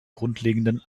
grundlegenden